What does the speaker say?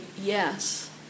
yes